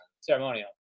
Ceremonial